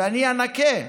ואני אנקה.